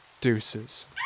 Deuces